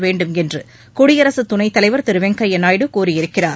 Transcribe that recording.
வேண்டுமென்று குடியரசு துணைத்தலைவர் திரு வெங்கையா நாயுடு கூறியிருக்கிறார்